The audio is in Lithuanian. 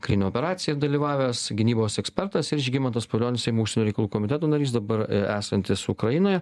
karinę operaciją ir dalyvavęs gynybos ekspertas ir žygimantas pavilionis seimo užsienio reikalų komiteto narys dabar esantis ukrainoje